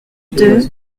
deux